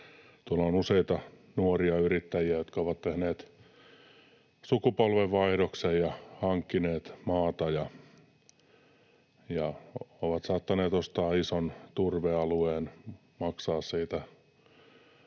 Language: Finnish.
Tuolla on useita nuoria yrittäjiä, jotka ovat tehneet sukupolvenvaihdoksen ja hankkineet maata, ovat saattaneet ostaa ison turvealueen ja maksaa siitä